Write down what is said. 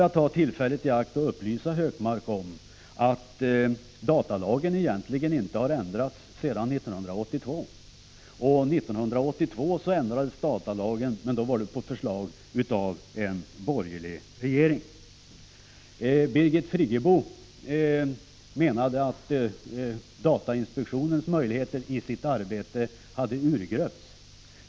Jag vill ta tillfället i akt att upplysa Gunnar Hökmark om att datalagen egentligen inte har ändrats sedan 1982, och då ändrades den på förslag av en borgerlig regering. Birgit Friggebo menade att datainspektionens möjligheter att utföra sitt arbete hade urgröpts.